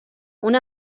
una